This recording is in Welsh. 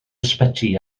ysbyty